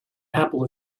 apple